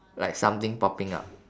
like something popping up